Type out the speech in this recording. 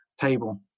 table